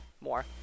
more